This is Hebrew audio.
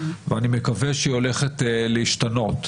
אני מקווה שהיא הולכת להשתנות,